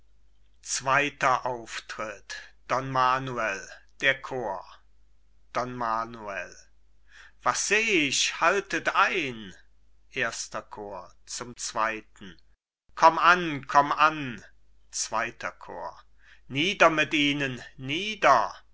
zweiter auftritt don manuel der chor don manuel was seh ich haltet ein erster chor cajetan berengar manfred zum zweiten komm an komm an zweiter chor bohemund roger hippolyt nieder mit ihnen nieder